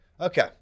Okay